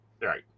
right